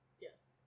Yes